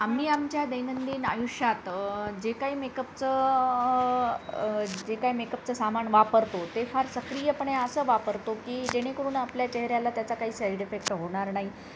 आम्ही आमच्या दैनंदिन आयुष्यात जे काही मेकअपचं जे काय मेकअपचं सामान वापरतो ते फार सक्रियपणे असं वापरतो की जेणेकरून आपल्या चेहऱ्याला त्याचा काही साईड इफेक्ट होणार नाही